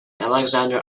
alexandra